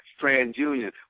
TransUnion